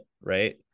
right